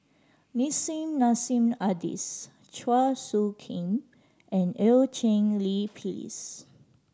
Nissim Nassim Adis Chua Soo Khim and Eu Cheng Li Phyllis